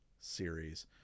series